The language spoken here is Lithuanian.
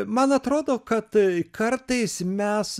man atrodo kad kartais mes